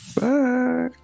Bye